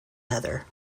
heather